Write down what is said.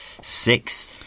six